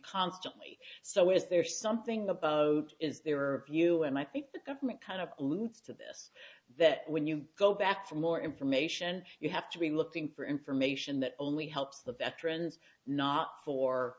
constantly so is there something about is there are you and i think the government kind of alludes to this that when you go back for more information you have to be looking for information that only helps the veterans not for